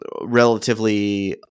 relatively